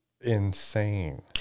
insane